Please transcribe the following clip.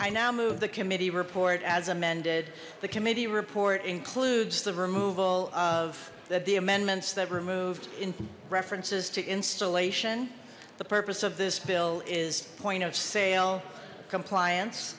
i now move the committee report as amended the committee report includes the removal of that the amendments that were moved in references to installation the purpose of this bill is point of sale compliance